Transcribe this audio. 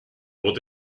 what